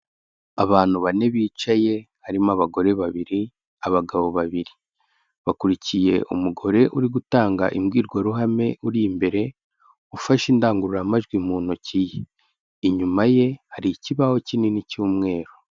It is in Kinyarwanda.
Abantu bane bicaye, harimo abagore babiri, abagabo babiri, bakurikiye umugore uri gutanga imbwirwaruhame, uri imbere, ufashe indangururamajwi mu ntoki ye, inyuma ye hari ikibaho kinini cy'umweru.